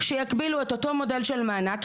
שיקבלו את אותו מודל של מענק,